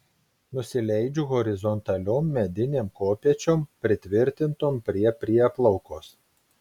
nusileidžiu horizontaliom medinėm kopėčiom pritvirtintom prie prieplaukos